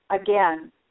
again